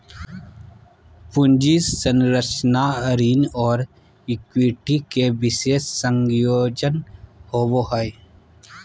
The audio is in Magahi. पूंजी संरचना ऋण और इक्विटी के विशेष संयोजन होवो हइ